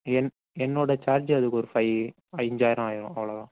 என் என்னோடய சார்ஜ் அதுக்கொரு ஃபை அஞ்சாயிரம் ஆயிடும் அவ்வளோதான்